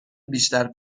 بیشتر